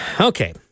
Okay